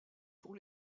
pour